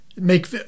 make